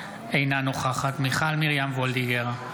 אינה נוכחת מיכל מרים וולדיגר,